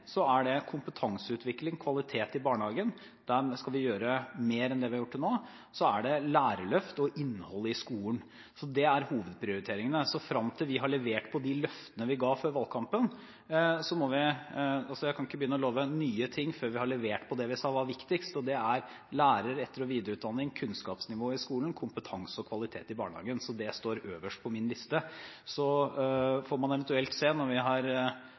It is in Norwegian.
er det kompetanseutvikling, kvalitet i barnehagen – der skal vi gjøre mer enn det vi har gjort til nå – lærerløft og innholdet i skolen. Det er hovedprioriteringene frem til vi har levert på løftene vi ga før valgkampen. Jeg kan ikke begynne å love nye ting før vi har levert på det vi sa var viktigst, og det var lærere, etter- og videreutdanning, kunnskapsnivået i skolen, kompetanse og kvalitet i barnehagen – så det står øverst på min liste. Så får man eventuelt se, når vi har